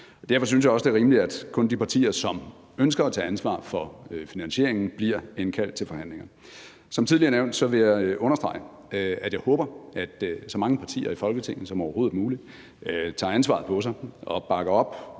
Derfor synes jeg også, det er rimeligt, at kun de partier, som ønsker at tage ansvar for finansieringen, bliver indkaldt til forhandlinger. Som tidligere nævnt vil jeg understrege, at jeg håber, at så mange partier i Folketinget som overhovedet muligt tager ansvaret på sig og bakker op